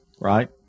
Right